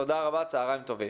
תודה רבה וצהרים טובים.